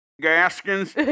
Gaskins